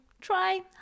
Try